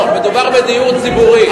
מדובר בדיור ציבורי.